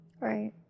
Right